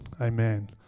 Amen